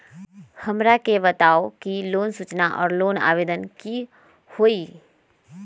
हमरा के बताव कि लोन सूचना और लोन आवेदन की होई?